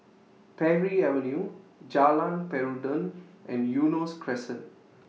Parry Avenue Jalan Peradun and Eunos Crescent